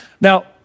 Now